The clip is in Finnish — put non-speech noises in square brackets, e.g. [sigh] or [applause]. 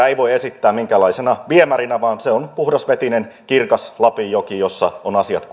[unintelligible] ei voi esittää minkäänlaisena viemärinä vaan se on puhdasvetinen kirkas lapin joki jossa on asiat [unintelligible]